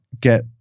get